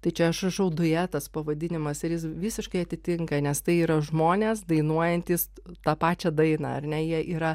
tai čia aš rašau duetas pavadinimas ir jis visiškai atitinka nes tai yra žmonės dainuojantys tą pačią dainą ar ne jie yra